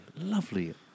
lovely